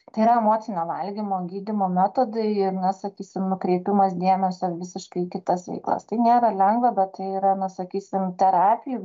tai yra emocinio valgymo gydymo metodai ir na sakysim nukreipimas dėmesio visiškai į kitas veiklas tai nėra lengva bet tai yra na sakysim terapijų